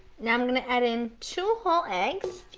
now i'm going to add in two whole eggs,